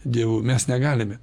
dievu mes negalime